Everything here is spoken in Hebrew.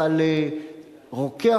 אבל רוקח,